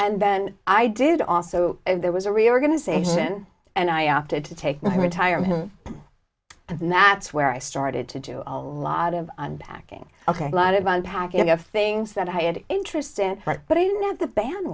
and then i did also there was a reorganization and i opted to take my retirement and that's where i started to do a lot of unpacking ok a lot of unpacking of things that i had an interest in